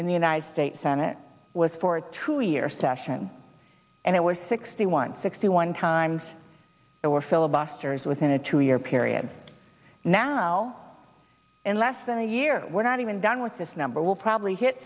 in the united states senate was for two year session and it was sixty one sixty one times there were filibusters within a two year period now in less than a year we're not even done with this number will probably hit